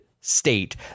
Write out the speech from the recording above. state